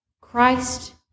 Christ